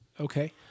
okay